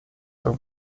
beim